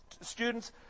students